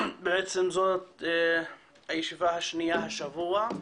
בעצם זו הישיבה השנייה השבוע.